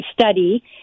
study